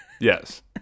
Yes